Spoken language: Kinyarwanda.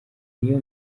niyo